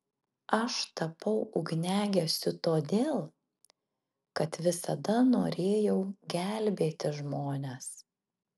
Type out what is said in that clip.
aš tapau ugniagesiu todėl kad visada norėjau gelbėti žmones